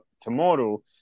tomorrow